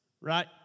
right